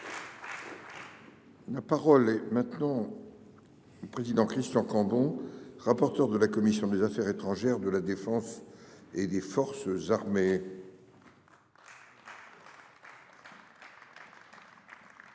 La parole est maintenant. Président Christian Cambon, rapporteur de la commission des affaires étrangères de la Défense et des forces armées. Monsieur